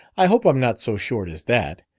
i hope i'm not so short as that!